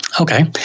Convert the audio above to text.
Okay